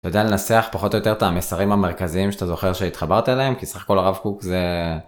אתה יודע לנסח פחות או יותר את המסרים המרכזיים שאתה זוכר שהתחברת אליהם, כי סך הכל הרב קוק זה...